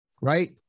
Right